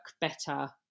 better